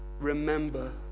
Remember